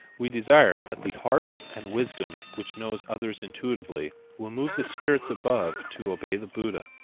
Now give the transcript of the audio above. we desire that the heart and wisdom which knows others intuitively will move the spirits above to obey the buddha,